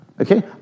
Okay